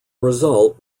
result